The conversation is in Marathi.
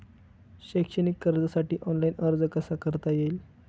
शैक्षणिक कर्जासाठी ऑनलाईन अर्ज कसा करता येईल?